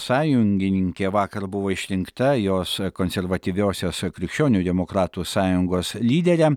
sąjungininkė vakar buvo išrinkta jos konservatyviosios krikščionių demokratų sąjungos lydere